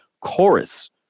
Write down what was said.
chorus